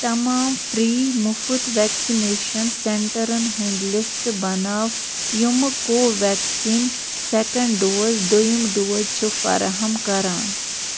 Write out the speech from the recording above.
تمام فِرٛی مُفٕط وٮ۪کسِنیشَن سٮ۪نٛٹَرَن ہٕنٛدۍ لِسٹ بناو یِمہٕ کو وٮ۪کسیٖن سٮ۪کٮ۪نٛڈ ڈوز دٔیِم ڈوز چھِ فراہَم کران